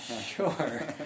sure